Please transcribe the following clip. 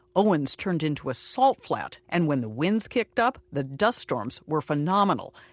owens turned into a salt flat, and when the winds kicked up, the dust storms were phenomenal.